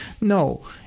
No